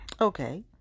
Okay